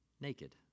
naked